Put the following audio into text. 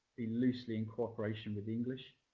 be loosely in cooperation with the english.